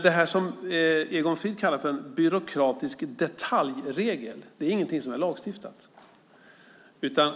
Det som Egon Frid kallar för en byråkratisk detaljregel är inte något lagstiftat.